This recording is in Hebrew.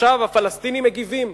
עכשיו הפלסטינים מגיבים,